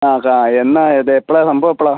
ആ കാ എന്നാൽ ഇത് എപ്പോഴാണ് സംഭവം എപ്പോഴാണ്